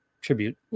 tribute